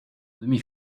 demi